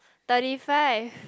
thirty five